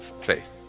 faith